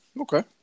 Okay